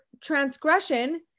transgression